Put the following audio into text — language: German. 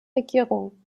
regierung